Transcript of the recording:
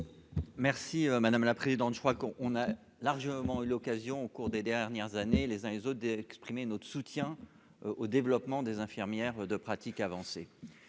Merci madame la présidente, je crois qu'on a largement eu l'occasion au cours des dernières années, les uns les autres d'exprimer notre soutien au développement des infirmières de pratique avancée